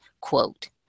quote